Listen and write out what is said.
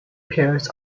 pears